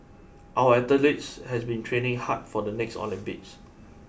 our athletes have been training hard for the next Olympics